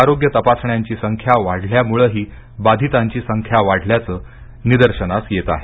आरोग्य तपासण्यांची संख्या वाढल्यामुळही बधितांची संख्या वाढल्याचं निदर्शनास येत आहे